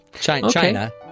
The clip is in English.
China